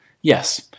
yes